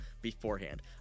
beforehand